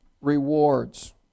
rewards